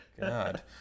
god